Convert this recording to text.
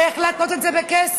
איך להתנות את זה בכסף?